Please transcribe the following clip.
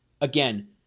Again